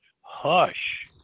hush